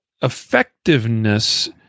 effectiveness